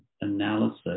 analysis